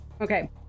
Okay